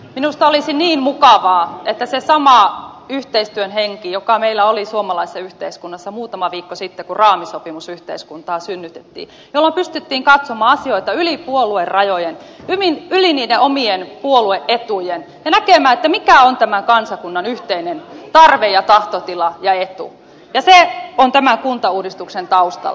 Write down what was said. minusta olisi niin mukavaa että olisi se sama yhteistyön henki joka meillä oli suomalaisessa yhteiskunnassa muutama viikko sitten kun raamisopimus yhteiskuntaan synnytettiin jolloin pystyttiin katsomaan asioita yli puoluerajojen yli niiden omien puolue etujen ja näkemään mikä on tämän kansakunnan yhteinen tarve ja tahtotila ja etu ja se on tämän kuntauudistuksen taustalla